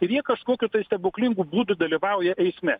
ir jie kažkokiu stebuklingu būdu dalyvauja eisme